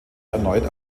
erneut